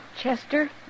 Chester